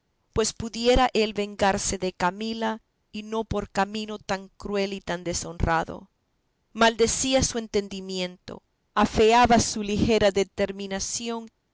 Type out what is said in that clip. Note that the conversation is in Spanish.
pues pudiera él vengarse de camila y no por camino tan cruel y tan deshonrado maldecía su entendimiento afeaba su ligera determinación